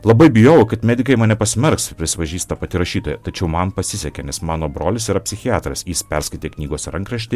labai bijojau kad medikai mane pasmerks prisipažįsta pati rašytoja tačiau man pasisekė nes mano brolis yra psichiatras jis perskaitė knygos rankraštį